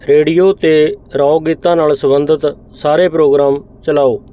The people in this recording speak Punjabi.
ਰੇਡੀਓ 'ਤੇ ਰੌਕ ਗੀਤਾਂ ਨਾਲ ਸੰਬੰਧਿਤ ਸਾਰੇ ਪ੍ਰੋਗਰਾਮ ਚਲਾਓ